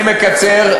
אני מקצר,